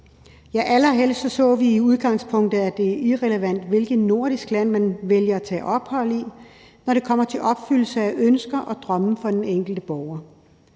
Ja, allerhelst så vi i udgangspunktet, at det er irrelevant, hvilket nordisk land man vælger at tage ophold i, når det kommer til opfyldelse af ønsker og drømme for den enkelte borger.